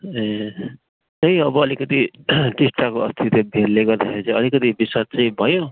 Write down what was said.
ए त्यही अब अलिकति टिस्टाको अस्ति भेलले गर्दाखेरि अलिकति विस्वाद चाहिँ भयो